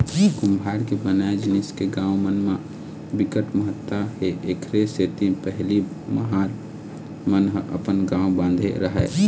कुम्हार के बनाए जिनिस के गाँव मन म बिकट महत्ता हे एखरे सेती पहिली महार मन ह अपन गाँव बांधे राहय